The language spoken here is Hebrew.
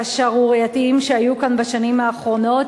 השערורייתיים שהיו כאן בשנים האחרונות.